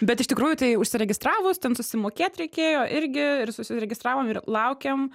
bet iš tikrųjų tai užsiregistravus ten susimokėt reikėjo irgi ir susiregistravom ir laukėm